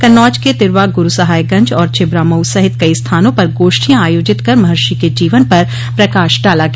कन्नौज के तिर्वा गुरसहायगंज और छिबरामऊ सहित कई स्थानों पर गोष्ठियां आयोजित कर महर्षि जीवन पर प्रकाश डाला गया